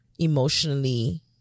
emotionally